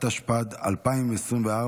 התשפ"ד 2024,